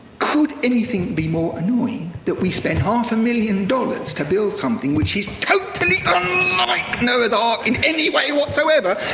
could anything be more annoying? that we spend half a million dollars to build something which is totally unlike noah's ark in any way whatsoever!